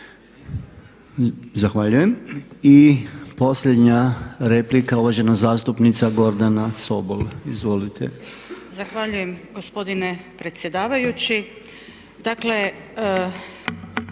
Zahvaljujem. I posljednja replika uvažena zastupnica Gordana Sobol. Izvolite. **Sobol, Gordana (SDP)** Zahvaljujem gospodine predsjedavajući.